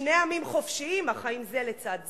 שני עמים חופשיים החיים זה לצד זה,